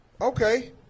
Okay